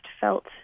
felt